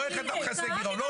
לא איך אתה מכסה גירעונות.